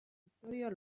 istorio